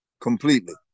completely